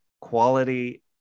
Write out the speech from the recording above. quality